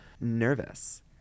nervous